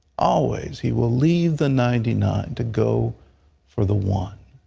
always, he will leave the ninety nine to go for the one.